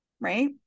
right